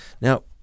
Now